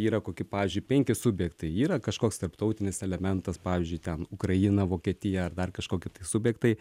yra koki pavyzdžiui penki subjektai yra kažkoks tarptautinis elementas pavyzdžiui ten ukraina vokietija ar dar kažkoki tai subjektai